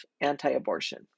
anti-abortion